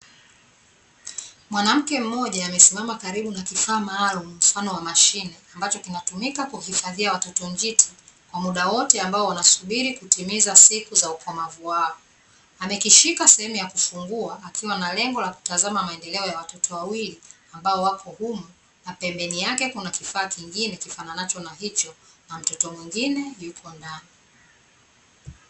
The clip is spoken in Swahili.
Mwanamke mmoja amesimama karibu na kifaa maalumu mfano wa mashine, ambacho kinatumika kuhifadhia watoto njiti kwa muda wote ambao wanasubiri kutimiza siku za ukomavu wao. Amekishika sehemu ya kufungua akiwa na lengo la kutazama maendeleo ya watoto wawili ambao wako humo. Na pembeni yake kuna kifaa kingine kifananacho na hicho na mtoto mwingine yuko ndani.